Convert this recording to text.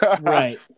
Right